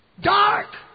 dark